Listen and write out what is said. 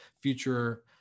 future –